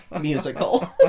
musical